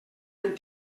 any